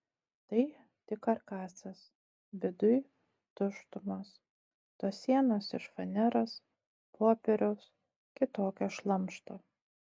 tai tik karkasas viduj tuštumos tos sienos iš faneros popieriaus kitokio šlamšto